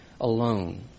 alone